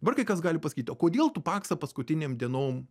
vargiai kas gali pasakyti o kodėl tu paksą paskutinėm dienom